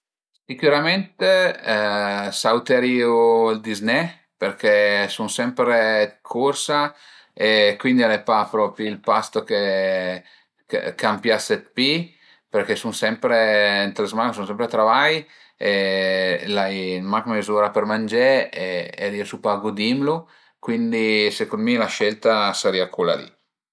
Sicürament sauterìu dizné përché sun sempre dë cursa e cuindi al e pa propi ël pasto che ch'a m'pias dë pi perché sun sempre, ën la zmana sun sempre al travai e l'ai mach mezura për mangé e riesu pa a gudimlu cuindi secund mi la scelta a sërìa cula li